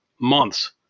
months